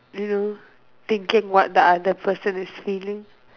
you know thinking what the other person is feeling